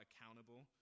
accountable